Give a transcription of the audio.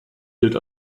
gilt